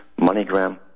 MoneyGram